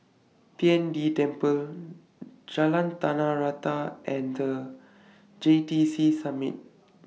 Tian De Temple Jalan Tanah Rata and The J T C Summit